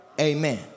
amen